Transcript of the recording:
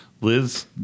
Liz